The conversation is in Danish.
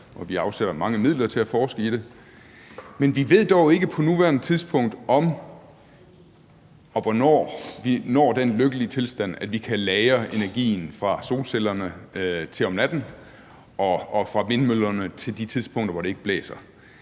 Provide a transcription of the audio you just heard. og vi afsætter mange midler til at forske i det. Men vi ved dog ikke på nuværende tidspunkt, om og hvornår vi når den lykkelige tilstand, at vi kan lagre energien fra solcellerne til om natten og fra vindmøllerne til de tidspunkter, hvor det ikke blæser,